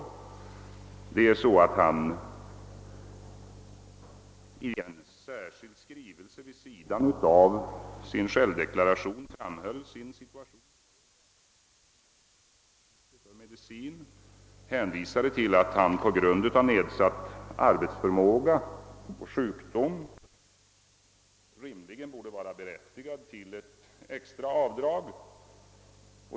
Vederbörande har i en särskild skrivelse fogad till självdeklarationen klargjort sin situation, han har angivit att han haft utgifter för medicin och att han på grund av nedsatt arbetsförmåga rimligen borde vara berättigad till ett extra avdrag.